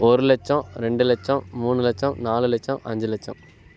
ஒரு லட்சம் ரெண்டு லட்சம் மூணு லட்சம் நாலு லட்சம் அஞ்சு லட்சம்